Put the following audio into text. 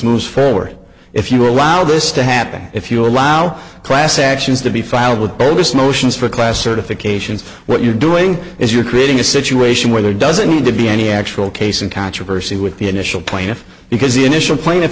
moves forward if you allow this to happen if you allow class actions to be filed with bogus motions for class certifications what you're doing is you're creating a situation where there doesn't need to be any actual case and controversy with the initial point if because the initial pla